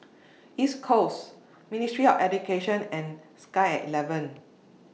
East Coast Ministry of Education and Sky eleven